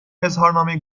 اظهارنامه